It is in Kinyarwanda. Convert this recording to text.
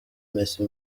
messi